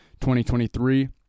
2023